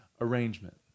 arrangement